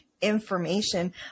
information